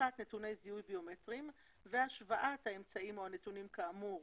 הפקת נתוני זיהוי ביומטריים והשוואת האמצעים או הנתונים כאמור